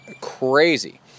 crazy